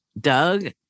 Doug